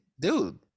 dude